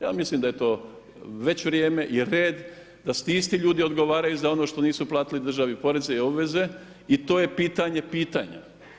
Ja mislim da je to već vrijeme i red da ti isti ljudi odgovaraju za ono što nisu platili državi poreze i obveze i to je pitanje pitanja.